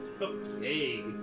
Okay